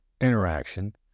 interaction